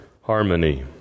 harmony